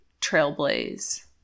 trailblaze